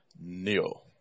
Neo